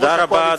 תודה רבה,